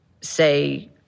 say